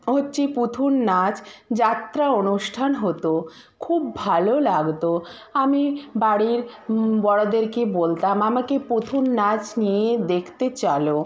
হচ্ছে পুতুল নাচ যাত্রা অনুষ্ঠান হতো খুব ভালো লাগতো আমি বাড়ির বড়দেরকে বলতাম আমাকে পুতুল নাচ নিয়ে দেখতে চলো